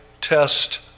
test